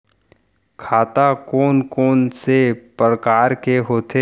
खाता कोन कोन से परकार के होथे?